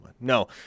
No